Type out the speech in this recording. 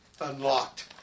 unlocked